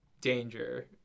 danger